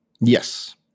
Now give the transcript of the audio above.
Yes